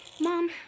Mom